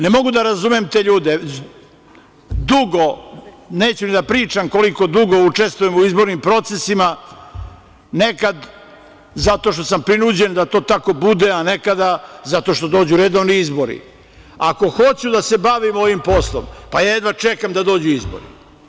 Ne mogu da razumem te ljude, dugo, neću ni da pričam koliko dugo učestvujem u izbornim procesima, nekad zato što sam prinuđen da to tako bude, a nekada zato što dođu redovni izbori, a ako hoću da se bavim ovim poslom, pa ja jedva čekam da dođu izbori.